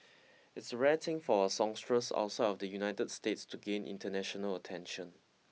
it's a rare thing for a songstress outside of the United States to gain international attention